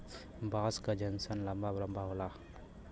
बाँस क जैसन लंबा लम्बा होला